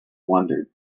wondered